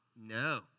No